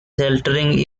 sheltering